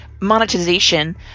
monetization